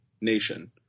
Nation